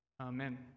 Amen